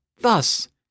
Thus